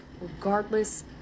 regardless